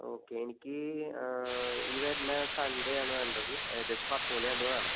okay എനിക്ക് ഈ വരുന്ന സൺഡേ ആണ് വേണ്ടത് ഏകദേശം പത്തുമണിയാകുമ്പോൾ വേണം